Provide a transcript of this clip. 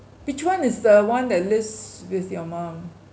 which one is the one that lives with your mum